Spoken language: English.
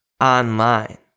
online